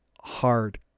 hard